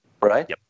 right